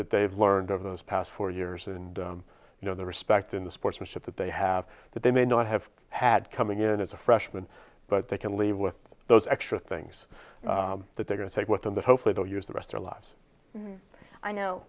that they've learned over those past four years and you know the respect in the sportsmanship that they have that they may not have had coming in as a freshman but they can leave with those extra things that they're going to take with them that hopefully they'll use the rest or lives i know